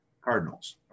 Cardinals